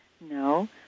No